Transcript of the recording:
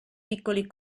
piccoli